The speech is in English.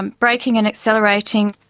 and braking and accelerating,